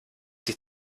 sich